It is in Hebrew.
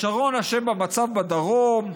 שרון אשם במצב בדרום,